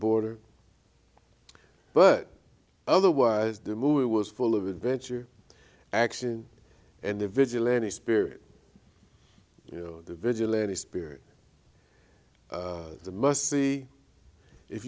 border but otherwise the movie was full of adventure action and the vigilante spirit you know the vigilante spirit the must see if